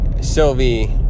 Sylvie